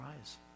eyes